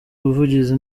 ubuvugizi